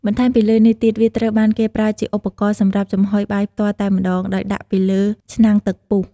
បន្ថែមពីលើនេះទៀត វាត្រូវបានគេប្រើជាឧបករណ៍សម្រាប់ចំហុយបាយផ្ទាល់តែម្ដង ដោយដាក់ពីលើឆ្នាំងទឹកពុះ។